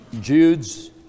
Jude's